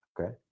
Okay